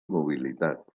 mobilitat